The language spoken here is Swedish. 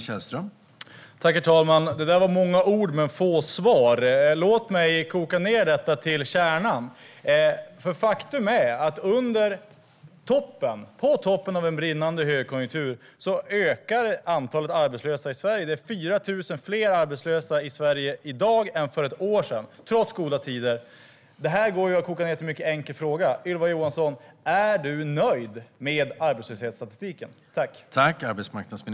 Herr talman! Det där var många ord men få svar. Låt mig koka ned detta till kärnan! Faktum är att antalet arbetslösa i Sverige ökar på toppen av en brinnande högkonjunktur. Det är 4 000 fler arbetslösa i Sverige i dag än för ett år sedan, trots goda tider. Det här går att koka ned till en mycket enkel fråga, Ylva Johansson: Är du nöjd med arbetslöshetsstatistiken?